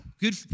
good